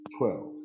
Twelve